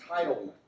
entitlement